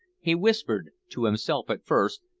he whispered, to himself at first,